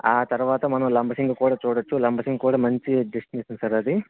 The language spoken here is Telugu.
ఆ తర్వాత మనం లంబసింగి కూడా చూడవచ్చు లంబసింగి కూడా మంచి డెస్టినేషన్ సార్ అది